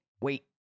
wait